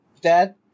Dad